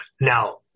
Now